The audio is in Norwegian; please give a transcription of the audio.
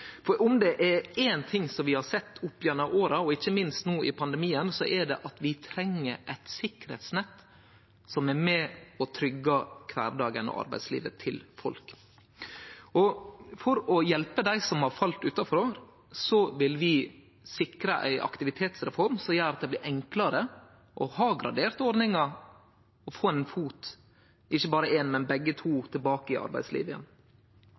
for om det er éin ting vi har sett opp gjennom åra, og ikkje minst no i pandemien, er det at vi treng eit sikkerheitsnett som er med og tryggjar kvardagen og arbeidslivet til folk. For å hjelpe dei som har falle utanfor, vil vi sikre ei aktivitetsreform som gjer at det blir enklare å ha graderte ordningar og få ikkje berre ein fot, men begge føtene tilbake i arbeidslivet